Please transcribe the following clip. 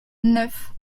neuf